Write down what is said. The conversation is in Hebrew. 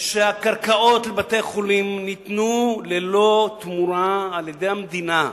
שהקרקעות ניתנו לבתי-החולים ללא תמורה על-ידי המדינה,